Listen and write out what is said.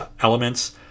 elements